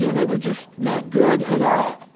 you know they were just not good at all.